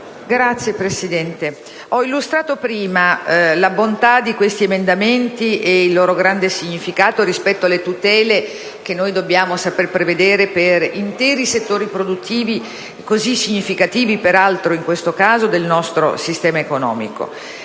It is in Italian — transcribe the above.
Signor Presidente, ho illustrato prima la bontà degli emendamenti da me presentati ed il loro grande significato rispetto alle tutele che noi dobbiamo saper prevedere per interi settori produttivi, peraltro così significativi, in questo caso, del nostro sistema economico.